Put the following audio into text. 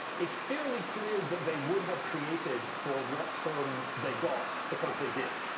it's fairly clear that they would have created for what term they got, because they did.